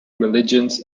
religions